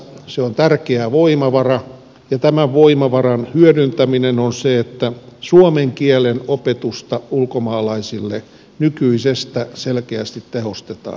se on tärkeä voimavara ja tämän voimavaran hyödyntämistä on se että suomen kielen opetusta ulkomaalaisille nykyisestä selkeästi tehostetaan